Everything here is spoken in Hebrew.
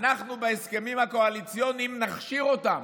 אנחנו בהסכמים הקואליציוניים נכשיר אותן,